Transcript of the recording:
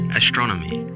astronomy